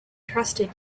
trusted